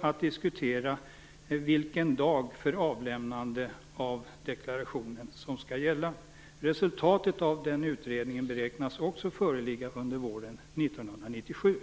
att diskutera vilken dag som skall gälla för avlämnande av deklarationen. Också resultatet av den utredningen beräknas föreligga under våren 1997.